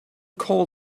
call